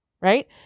right